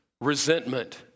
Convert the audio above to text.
resentment